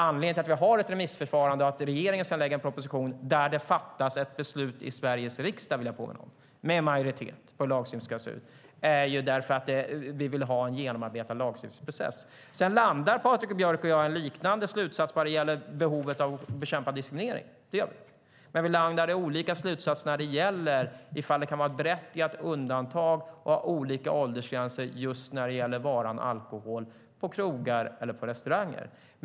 Anledningen till att vi har ett remissförfarande, att regeringen sedan lägger fram en proposition och att det fattas ett beslut i Sveriges riksdag, vill jag påminna om, med majoritet om hur lagstiftningen ska se ut är ju att vi vill ha en genomarbetad lagstiftningsprocess. Sedan landar Patrik Björck och jag i en liknande slutsats vad gäller behovet av att bekämpa diskriminering. Men vi landar i olika slutsatser när det gäller ifall det kan vara ett berättigat undantag att ha olika åldersgränser just när det gäller varan alkohol.